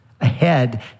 ahead